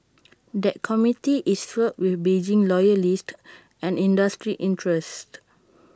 that committee is filled with Beijing loyalists and industry interests